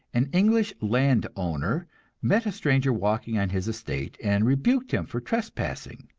an english land-owner met a stranger walking on his estate, and rebuked him for trespassing.